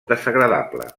desagradable